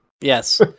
Yes